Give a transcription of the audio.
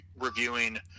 reviewing